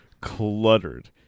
cluttered